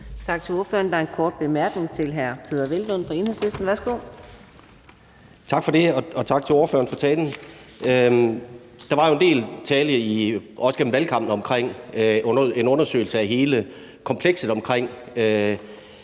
Tak til ordføreren. Der er en kort bemærkning til hr. Peder Hvelplund fra Enhedslisten. Værsgo. Kl. 18:14 Peder Hvelplund (EL): Tak for det. Og tak til ordføreren for talen. Der var jo en del tale, også under valgkampen, om en undersøgelse af hele komplekset omkring